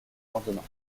lendemain